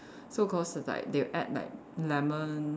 so cause like they add like lemon